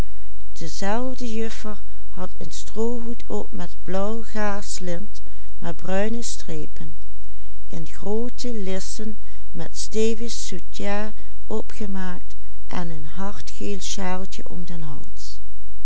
strepen in groote lissen met stevig soutien opgemaakt en een hardgeel sjaaltje om den hals